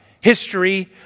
history